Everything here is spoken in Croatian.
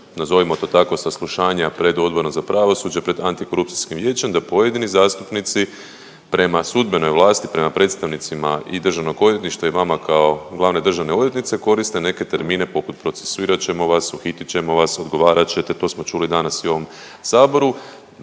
nazovimo to tako saslušanja pred Odborom za pravosuđe, pred antikorupcijskim vijećem da pojedini zastupnici prema sudbenoj vlasti prema predstavnicima i Državnog odvjetništva i vama kao glavne državne odvjetnice koriste neke termine poput procesuirat ćemo vas, uhitit ćemo vas, odgovarat ćete. To smo čuli danas i u ovom saboru.